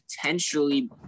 potentially